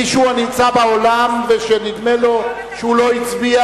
מישהו הנמצא באולם ונדמה לו שהוא לא הצביע?